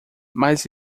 mas